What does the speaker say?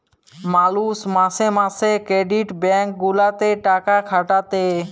মালুষ মাসে মাসে ক্রেডিট ব্যাঙ্ক গুলাতে টাকা খাটাতে